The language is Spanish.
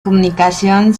comunicación